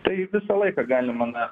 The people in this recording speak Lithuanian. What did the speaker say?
tai visą laiką galima na